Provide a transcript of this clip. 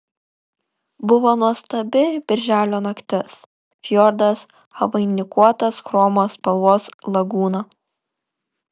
buvo nuostabi birželio naktis fjordas apvainikuotas chromo spalvos lagūna